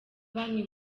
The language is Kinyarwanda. banki